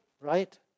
right